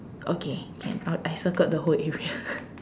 okay can I'll I circled the whole area